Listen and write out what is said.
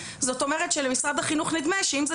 זאת אומרת שלמשרד החינוך נדמה שאם זה